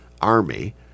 army